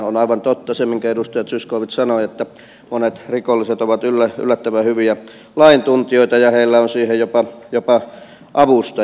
on aivan totta se minkä edustaja zyskowicz sanoi että monet rikolliset ovat yllättävän hyviä lain tuntijoita ja heillä on siihen jopa avustajia